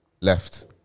left